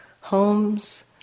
homes